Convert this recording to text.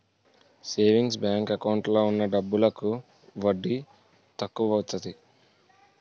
saving bank account లో ఉన్న డబ్బులకి వడ్డీ తక్కువత్తాది